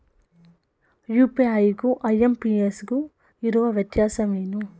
UPI ಗು IMPS ಗು ಇರುವ ವ್ಯತ್ಯಾಸವೇನು?